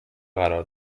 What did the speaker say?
قرار